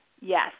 Yes